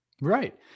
Right